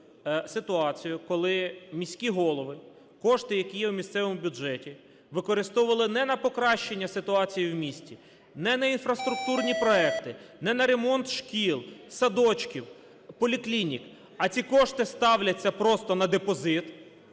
бачили ситуацію, коли міські голови кошти, які є в місцевому бюджеті, використовували не на покращення ситуації в місті, не на інфраструктурні проекти, не на ремонт шкіл, садочків, поліклінік, а ці кошти ставляться просто на депозит,